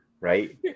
right